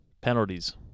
penalties